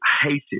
hated